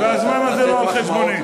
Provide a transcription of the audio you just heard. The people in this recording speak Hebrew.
והזמן הזה לא על חשבוני.